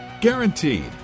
Guaranteed